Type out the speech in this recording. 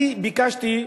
אני ביקשתי,